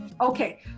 Okay